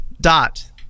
dot